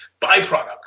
byproducts